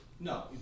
No